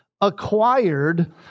acquired